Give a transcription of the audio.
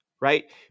right